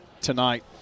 tonight